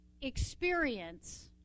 experience